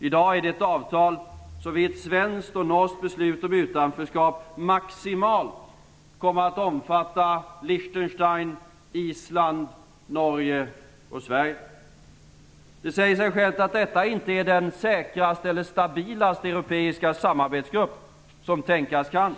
I dag är det ett avtal som vid ett svenskt och norskt beslut om utanförskap maximalt kommer att omfatta Det säger sig självt att detta inte är den säkraste eller stabilaste europeiska samarbetsgrupp som tänkas kan.